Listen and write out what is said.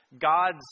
God's